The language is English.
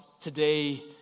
Today